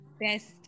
best